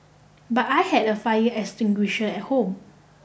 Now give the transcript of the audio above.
but I had a fire extinguisher at home